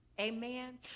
amen